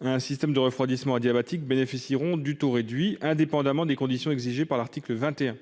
un système de refroidissement adiabatique bénéficieront du taux réduit, indépendamment des conditions exigées par l'article 21.